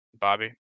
Bobby